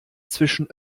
zwischen